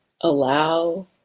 allow